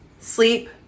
sleep